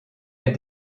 est